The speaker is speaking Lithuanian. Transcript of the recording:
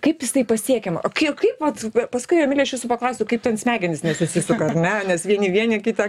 kaip jis tai pasiekiama o kai kaip vat paskui emilija aš jūsų paklausiu kaip ten smegenys nesusisuka nes vieni vieną kiti kitą sako